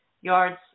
yards